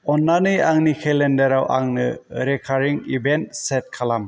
अननानै आंनि केलेन्डाराव आंनो रेकारिं इभेन्ट सेट खालाम